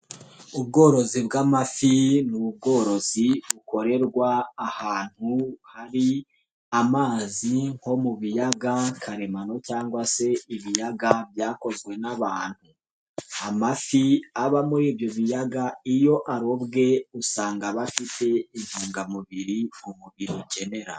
Ubworozi bw'amafi ni ubworozi bukorerwa ahantu hari amazi nko mu biyaga karemano cyangwa se ibiyaga byakozwe n'abantu, amafi aba muri ibyo biyaga iyo arobwe usanga bafite intungamubiri umubiri ukenera.